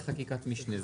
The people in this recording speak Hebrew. בחקיקת משנה.